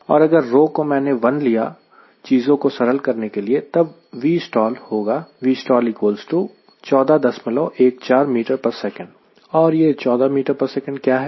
और अगर को मैंने 10 लिया चीजों को सरल करने के लिए तब Vstall होगा और यह 14 ms क्या है